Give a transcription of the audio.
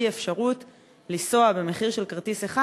היא האפשרות לנסוע במחיר של כרטיס אחד